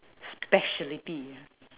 specialty